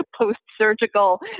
post-surgical